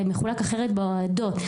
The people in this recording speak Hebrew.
מחולק אחרת בהועדות.